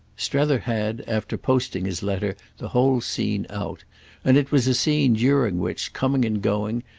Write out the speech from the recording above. strether had, after posting his letter, the whole scene out and it was a scene during which, coming and going,